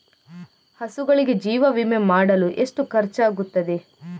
ಹಸುಗಳಿಗೆ ಜೀವ ವಿಮೆ ಮಾಡಲು ಎಷ್ಟು ಖರ್ಚಾಗುತ್ತದೆ?